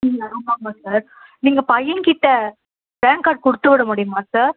ம் ஆமாம் ஆமாம் சார் நீங்கள் பையன்கிட்டே ரேங்க் கார்டு கொடுத்து விட முடியுமா சார்